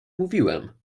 mówiłem